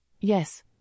Yes